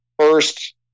first